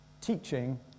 Teaching